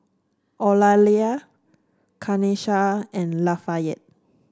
Eulalia Kanesha and Lafayette